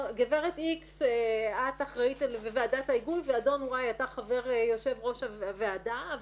שגברת איקס היא אחראית על ועדת ההיגוי ואדון ואי יושב ראש הוועדה,